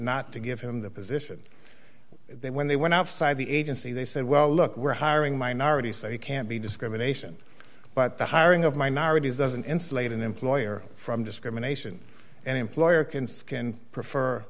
not to give him the position then when they went outside the agency they said well look we're hiring minorities they can't be discrimination but the hiring of minorities doesn't insulate an employer from discrimination an employer can skin prefer